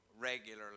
regularly